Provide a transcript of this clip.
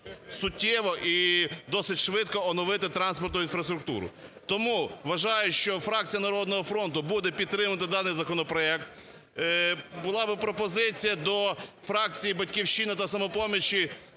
суттєво і досить швидко оновити транспортну інфраструктуру. Тому вважаю, що фракція "Народного фронту" буде підтримувати даний законопроект. Була би пропозиція до фракцій "Батьківщина" та "Самопоміч"